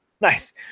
Nice